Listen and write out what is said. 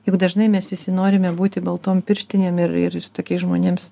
juk dažnai mes visi norime būti baltom pirštinėm ir ir su tokiais žmonėms